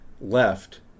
left